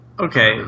okay